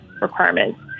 requirements